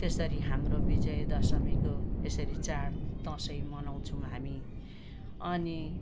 त्यसरी हाम्रो विजय दशमीको यसरी चाड दसैँ मनाउँछौँ हामी अनि